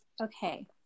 Okay